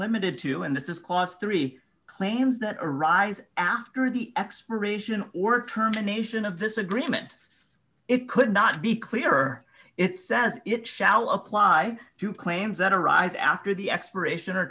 limited to and this is cost three claims that arise after the expiration or term a nation of this agreement it could not be clearer it says it shall apply to claims that arise after the expiration or